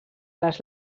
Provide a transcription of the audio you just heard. les